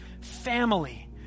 family